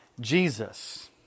Jesus